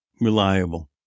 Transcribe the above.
reliable